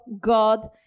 God